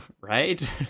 right